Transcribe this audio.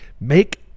make